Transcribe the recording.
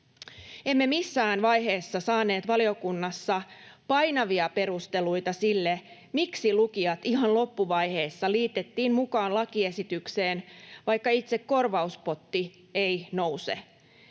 Emme missään vaiheessa saaneet valiokunnassa painavia perusteluita sille, miksi lukijat ihan loppuvaiheessa liitettiin mukaan lakiesitykseen, vaikka itse korvauspotti ei nouse.